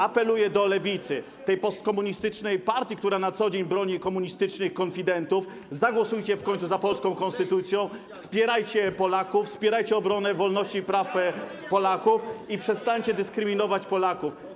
Apeluję do Lewicy, tej postkomunistycznej partii, która na co dzień broni komunistycznych konfidentów: zagłosujcie w końcu za polską konstytucją, wspierajcie Polaków, wspierajcie obronę wolności i praw Polaków i przestańcie dyskryminować Polaków.